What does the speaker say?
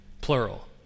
plural